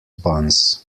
buns